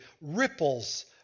ripples